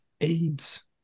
AIDS